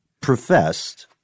professed –